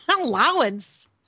Allowance